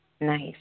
Nice